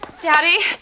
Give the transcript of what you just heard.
Daddy